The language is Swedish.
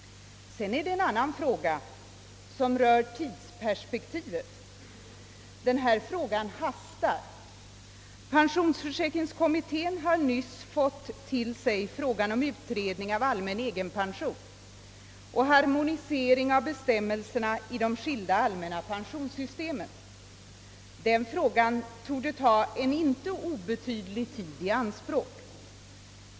En annan fråga gäller tidsperspektivet. Denna fråga hastar. Pensionsförsäkringskommittén har till sig nyligen fått frågan om utredning av allmän egenpension och harmonisering av bestämmelserna i de skilda allmänna pensionssystemen. Den frågan torde ta en inte obetydlig tid i anspråk.